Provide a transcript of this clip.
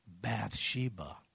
Bathsheba